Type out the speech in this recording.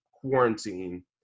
quarantine